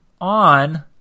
On